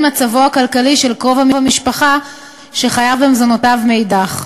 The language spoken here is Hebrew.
מצבו הכלכלי של קרוב המשפחה שחייב במזונותיו מאידך.